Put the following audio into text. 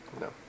No